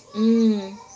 mm